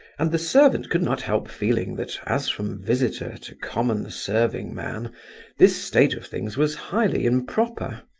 and the servant could not help feeling that as from visitor to common serving-man this state of things was highly improper.